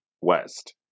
west